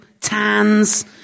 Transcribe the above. tans